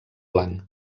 blanc